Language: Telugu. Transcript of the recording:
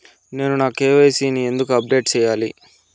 నేను నా కె.వై.సి ని ఎందుకు అప్డేట్ చెయ్యాలి?